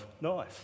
nice